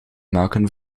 maken